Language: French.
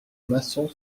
maçon